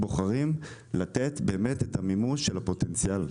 בוחרים לתת את המימוש של הפוטנציאל?